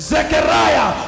Zechariah